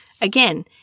Again